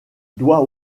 doit